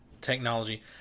technology